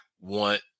want